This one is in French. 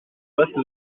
reste